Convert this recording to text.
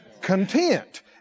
content